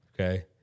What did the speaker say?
Okay